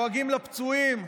דואגים לפצועים,